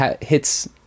hits